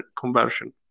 conversion